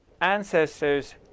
ancestors